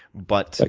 but ah